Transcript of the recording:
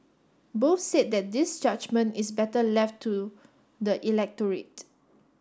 both said that this judgement is better left to the electorate